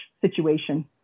situation